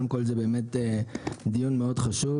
קודם כל, זה באמת דיון מאוד חשוב